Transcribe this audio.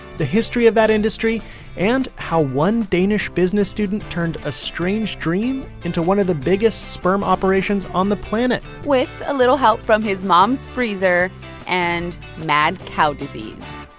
the history of that industry and how one danish business student turned a strange dream into one of the biggest sperm operations on the planet with a little help from his mom's freezer and mad cow disease